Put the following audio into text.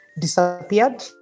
disappeared